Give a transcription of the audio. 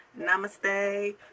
namaste